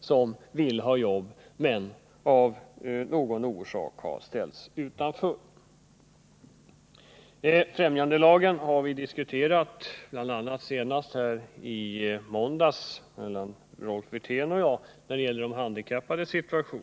som vill ha jobb men som av någon orsak har ställts utanför. Främjandelagen diskuterades senast i måndags här i kammaren av Rolf Wirtén och mig, då vi talade om de handikappades situation.